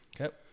Okay